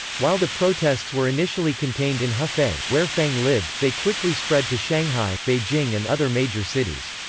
while the protests were initially contained in hefei, where fang lived, they quickly spread to shanghai, beijing and other major cities.